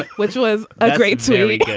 which was a great scene,